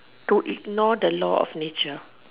to ignore the law of nature